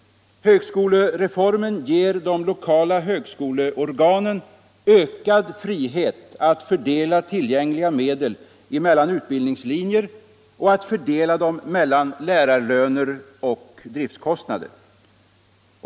Högskolereformen ger de lokala högskoleorganen ökad frihet att fördela tillgängliga medel mellan olika utbildningslinjer och att fördela dem mellan lärarlöner och driftkostnader.